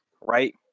right